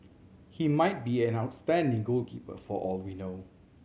he might be an outstanding goalkeeper for all we know